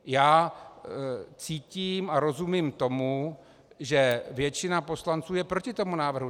Já cítím a rozumím tomu, že většina poslanců je proti tomu návrhu.